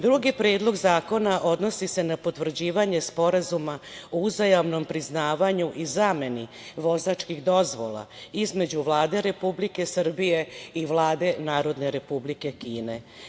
Drugi Predlog zakona odnosi se na potvrđivanje Sporazuma o uzajamnom priznavanju i zameni vozačkih dozvola između Vlade Republike Srbije i Vlade Narodne Republike Kine.